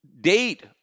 date